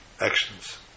actions